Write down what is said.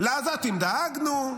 לעזתים דאגנו,